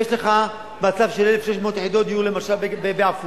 יש לך מצב של 1,600 יחידות דיור, למשל בעפולה,